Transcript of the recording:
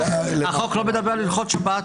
החוק לא מדבר על הלכות שבת.